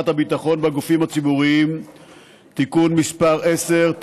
הביטחון בגופים הציבוריים (תיקון מס' 10),